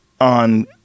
on